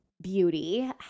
beauty